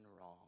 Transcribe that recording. wrong